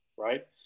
Right